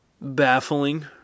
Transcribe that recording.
baffling